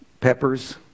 peppers